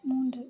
மூன்று